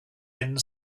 end